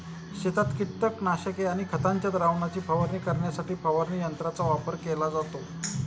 शेतात कीटकनाशके आणि खतांच्या द्रावणाची फवारणी करण्यासाठी फवारणी यंत्रांचा वापर केला जातो